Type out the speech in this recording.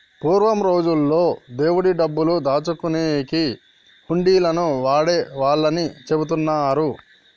పూర్వం రోజుల్లో దేవుడి డబ్బులు దాచుకునేకి హుండీలను వాడేవాళ్ళని చెబుతున్నరు